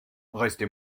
restez